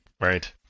Right